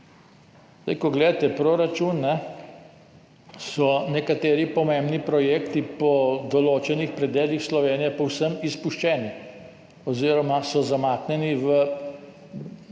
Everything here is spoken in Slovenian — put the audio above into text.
gledate proračun, so nekateri pomembni projekti po določenih predelih Slovenije povsem izpuščeni oziroma so zamaknjeni v